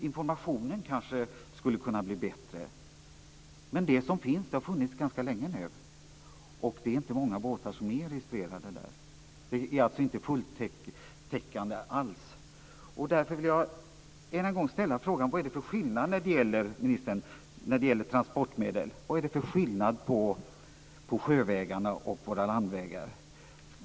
Informationen skulle kanske kunna bli bättre, men det som finns har funnits ganska länge, och det är inte många båtar registrerade i det. Det är alltså inte alls heltäckande. Jag vill därför än en gång ställa frågan till ministern vad det är för skillnad mellan transportmedlen på sjövägarna och på våra landvägar.